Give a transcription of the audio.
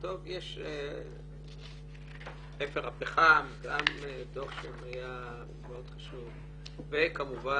יש את אפר הפחם גם דוח שהיה מאוד קשור וכמובן,